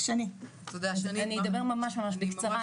אני אדבר ממש בקצרה,